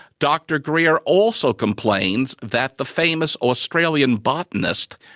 dr greer also complains that the famous australian botanist,